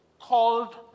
called